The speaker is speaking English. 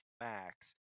max